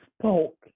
spoke